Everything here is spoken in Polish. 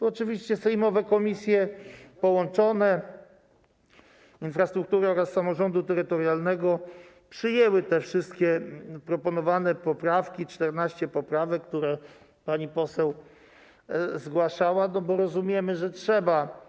Oczywiście połączone komisje sejmowe infrastruktury oraz samorządu terytorialnego przyjęły te wszystkie proponowane poprawki, 14 poprawek, które pani poseł zgłaszała, bo rozumiemy, że tak trzeba.